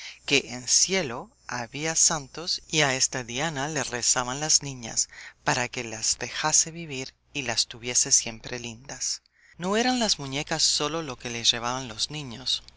que en cielo había santos y a esta diana le rezaban las niñas para que las dejase vivir y las tuviese siempre lindas no eran las muñecas sólo lo que le llevaban los niños